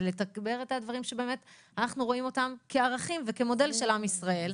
ואת הדברים שבאמת אנחנו רואים אותם כערכים וכמודל של עם ישראל.